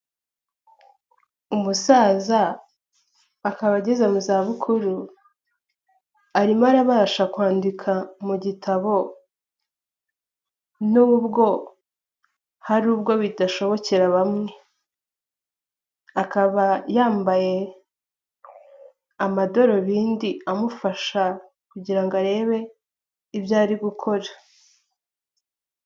Umusaza akaba ageze mu za bukuru, arimo arabasha kwandika mu gitabo, nubwo hari ubwo bidashobokera bamwe. Akaba yambaye amadorobindi amufasha kugira ngo arebe ibyo ari gukora.